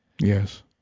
Yes